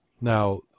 Now